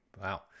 Wow